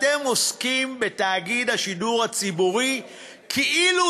אתם עוסקים בתאגיד השידור הציבורי כאילו